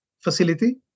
facility